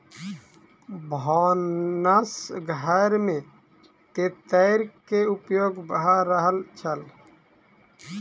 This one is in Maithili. भानस घर में तेतैर के उपयोग भ रहल छल